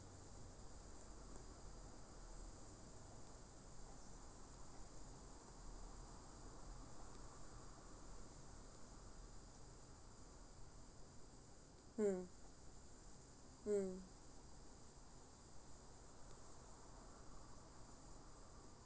mm mm